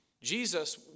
Jesus